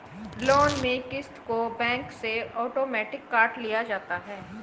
loan में क़िस्त को बैंक से आटोमेटिक काट लिया जाता है